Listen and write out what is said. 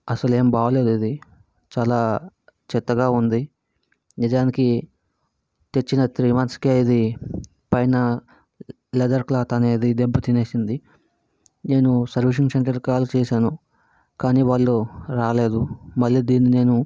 అసలేమీ బాగాలేదు ఇది చాలా చెత్తగా ఉంది నిజానికి తెచ్చిన త్రీ మంత్స్కే ఇది పైన లెదర్ క్లాత్ అనేది దెబ్బ తినేసింది నేను సర్వీసింగ్ సెంటర్కి కాల్ చేశాను కానీ వాళ్ళు రాలేదు మళ్ళీ దీన్ని నేను